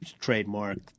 trademark